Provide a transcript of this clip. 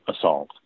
assault